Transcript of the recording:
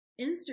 Instagram